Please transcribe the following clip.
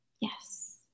Yes